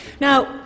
Now